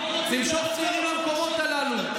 למשוך צעירים למקומות הללו.